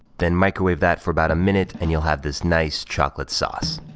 then microwave that for about a minute and you'll have this nice chocolate sauce.